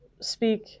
speak